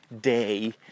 day